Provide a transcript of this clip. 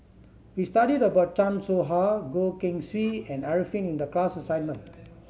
we studied about Chan Soh Ha Goh Keng Swee and Arifin in the class assignment